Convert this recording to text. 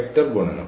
vector ഗുണനം